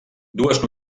dues